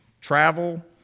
travel